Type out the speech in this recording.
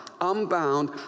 unbound